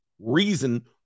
reason